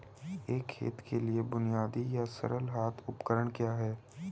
एक खेत के लिए बुनियादी या सरल हाथ उपकरण क्या हैं?